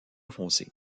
foncé